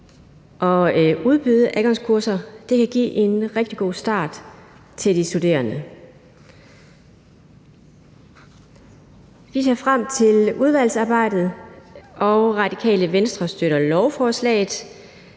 at udbyde adgangskurser. Det kan give en rigtig god start til de studerende. Vi ser frem til udvalgsarbejdet, og Radikale Venstre støtter lovforslaget.